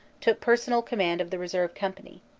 took personal command of the reserve company,